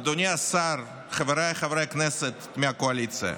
אדוני השר, חבריי חברי הכנסת מהקואליציה,